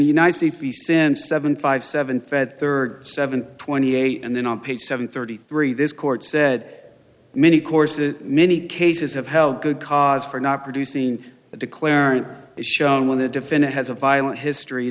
the united states since seven five seven fed third seven twenty eight and then on page seven thirty three this court said many courses many cases have held good cause for not producing the declarant is shown when the defendant has a violent history